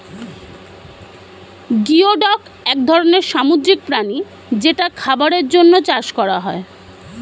geoduck এক ধরনের সামুদ্রিক প্রাণী যেটা খাবারের জন্যে চাষ করা হয়